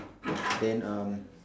then um